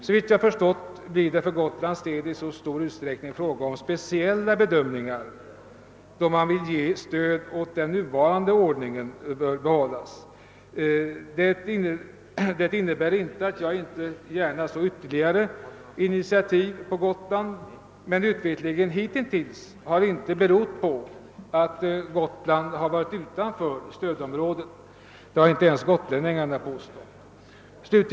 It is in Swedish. Såvitt jag förstått blir det för Gotlands del i så stor utsträckning fråga om speciella bedömningar, då man vill ge stöd, att den nuvarande ordningen bör bibehållas. Det innebär inte att jag inte gärna såg ytterligare initiativ på Gotland — men utvecklingen hittills har inte berott på att Gotland legat utanför stödområdet. Det har inte ens gotlänningarna påstått.